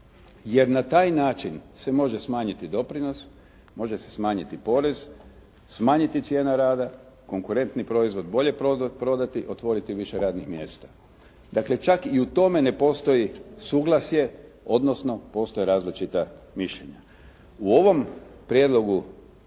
jer na taj način se može smanjiti doprinos, može se smanjiti porez, smanjiti cijena rada, konkurentni proizvod bolje prodati, otvoriti više radnih mjesta. Dakle čak i u tome ne postoji suglasje, odnosno postoje različita mišljenja. U ovom prijedlogu